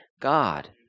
God